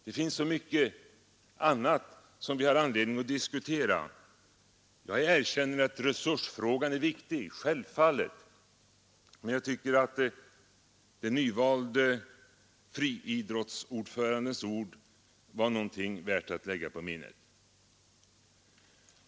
Det finns så mycket annat som vi har anledning diskutera. Jag erkänner att resursfrågan är viktig. Självfallet är den det, men jag tycker samtidigt att den nyvalde friidrottsordförandens ord är värda att lägga på minnet.